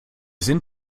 sind